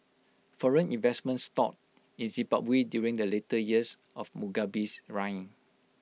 foreign investment stalled in Zimbabwe during the later years of Mugabe's reign